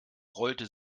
rollte